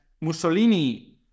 Mussolini